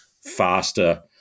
faster